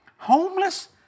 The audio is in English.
Homeless